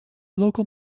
local